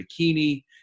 bikini